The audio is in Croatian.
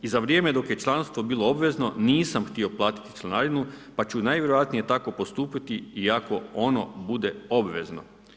I za vrijeme dok je članstvo bilo obvezno, nisam htio platiti članarinu pa ću najvjerojatnije tako postupiti i ako ono bude obvezno.